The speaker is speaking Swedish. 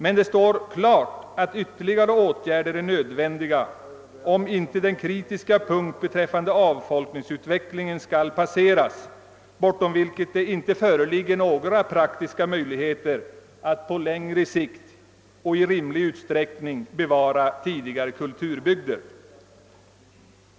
Men det står klart att ytterligare åtgärder är nödvändiga om inte den kritiska punkt i avfolkningsutvecklingen skall passeras, bortom vilken det inte föreligger några praktiska möjligheter att på längre sikt och i rimlig utsträckning bevara tidigare kulturbygder.